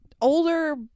older